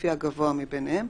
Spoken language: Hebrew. לפי הגבוה מביניהם,